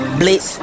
blitz